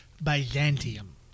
Byzantium